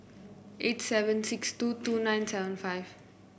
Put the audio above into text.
eight seven six two two nine seven five